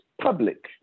public